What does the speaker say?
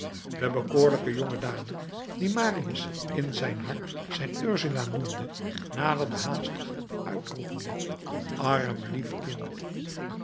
de bekoorlijke jonge dame die marius in zijn hart zijn ursula noemde naderde haastig uitroepende arm lief kind